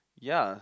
ya